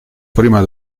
prima